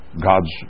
God's